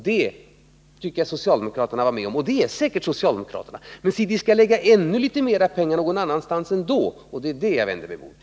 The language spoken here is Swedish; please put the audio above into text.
Det tyckte jag socialdemokraterna var med om, och det är de säkert också, men de skall nödvändigt lägga ännu litet mera pengar någon annanstans ändå. Det är detta jag vänder mig emot.